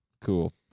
Cool